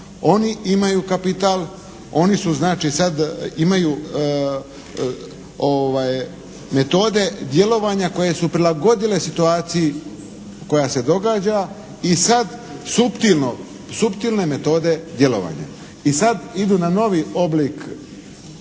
Oni imaju kapital. Oni su znači sad imaju metode djelovanja koje su prilagodile situaciji koja se događa i sad suptilno, suptilne metode djelovanja. I sad idu na novi oblik korupcije,